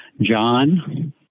John